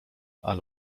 ale